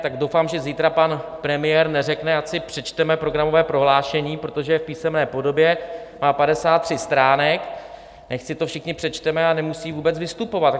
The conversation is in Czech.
Tak doufám, že zítra pan premiér neřekne, ať si přečteme programové prohlášení, protože je v písemné podobě, má padesát tři stránek, nechť si to všichni přečteme, a nemusí vůbec vystupovat.